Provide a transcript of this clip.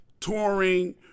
touring